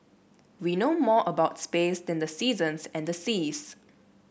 we know more about space than the seasons and the seas